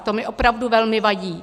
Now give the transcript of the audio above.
A to mi opravdu velmi vadí.